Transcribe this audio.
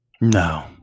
No